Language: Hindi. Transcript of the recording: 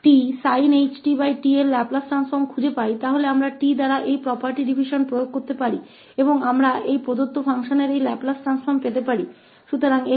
इसलिए यदि हम 2sin t sin httका लाप्लास रूपान्तरण पाते हैं और फिर हम इस गुण विभाजन को t द्वारा लागू कर सकते हैं और हम इस दिए गए फलन का यह लाप्लास रूपान्तरण प्राप्त कर सकते हैं